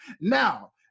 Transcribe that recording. Now